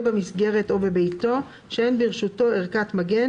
במסגרת או בביתו שאין ברשותו ערכת מגן,